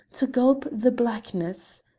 to gulp the blackness.